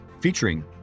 featuring